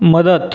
मदत